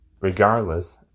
regardless